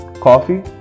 coffee